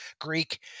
Greek